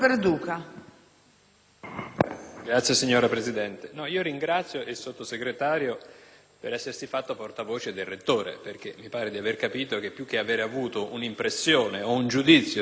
*(PD)*. Signora Presidente, ringrazio il Sottosegretario per essersi fatto portavoce del rettore perché mi pare che, più che aver avuto un'impressione o un giudizio del Governo, abbiamo appreso